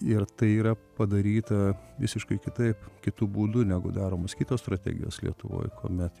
ir tai yra padaryta visiškai kitaip kitu būdu negu daromos kitos strategijos lietuvoj kuomet